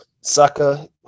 Saka